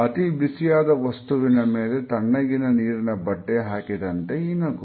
ಅತಿ ಬಿಸಿಯಾದ ವಸ್ತುವಿನ ಮೇಲೆ ತಣ್ಣಗಿನ ನೀರಿನ ಬಟ್ಟೆ ಹಾಕಿದಂತೆ ಈ ನಗು